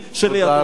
תודה רבה.